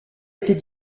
était